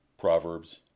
Proverbs